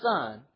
son